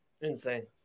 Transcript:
insane